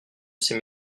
ces